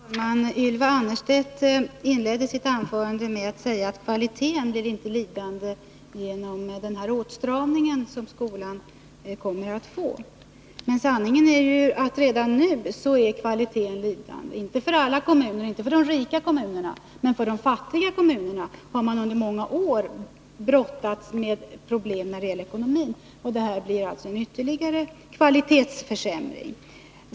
Fru talman! Ylva Annerstedt inledde sitt anförande med att säga att kvaliteten inte blir lidande genom den åtstramning som skolan kommer att få vidkännas. Men sanningen är ju att redan nu är kvaliteten dålig. Det gäller inte alla kommuner. Det gäller inte de rika kommunerna, men i de fattiga kommunerna har man under många år brottats med problem när det gäller ekonomin. Och det som nu föreslås medför alltså en ytterligare kvalitetsförsämring.